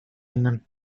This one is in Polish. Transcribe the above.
innym